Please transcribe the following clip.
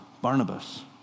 Barnabas